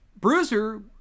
Bruiser